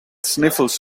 sniffles